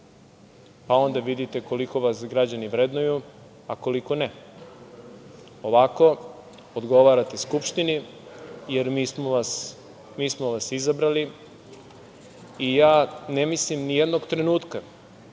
Onda vidite koliko vas građani vrednuju, a koliko ne. Ovako, odgovarate Skupštini, jer mi smo vas izabrali i ja ne mislim ni jednog trenutka,